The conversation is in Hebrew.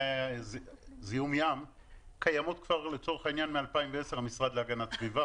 המפקחים לזיהום קיימות כבר לצורך העניין מ-2010 במשרד להגנת הסביבה.